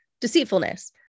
deceitfulness